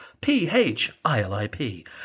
P-H-I-L-I-P